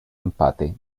empate